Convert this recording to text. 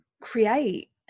create